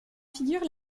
figure